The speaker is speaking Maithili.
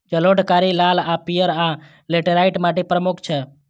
जलोढ़, कारी, लाल आ पीयर, आ लेटराइट माटि प्रमुख छै